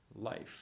life